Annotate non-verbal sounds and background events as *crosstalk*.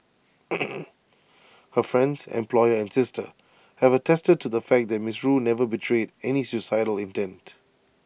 *noise* her friends employer and sister have attested to the fact that Ms rue never betrayed any suicidal intent